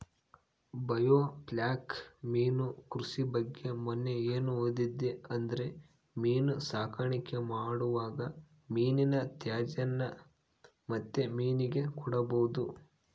biofloc ಮೀನು ಕೃಷಿ ಬಗ್ಗೆ ಮನ್ನೆ ಏನು ಓದಿದೆ ಅಂದ್ರೆ ಮೀನು ಸಾಕಾಣಿಕೆ ಮಾಡುವಾಗ ಮೀನಿನ ತ್ಯಾಜ್ಯನ ಮತ್ತೆ ಮೀನಿಗೆ ಕೊಡಬಹುದು